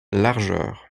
largeur